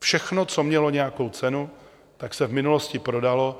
Všechno, co mělo nějakou cenu, se v minulosti prodalo.